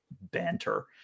banter